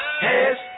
Hands